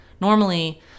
normally